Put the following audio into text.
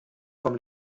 vom